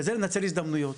וזה לנצל הזדמנויות.